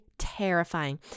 Terrifying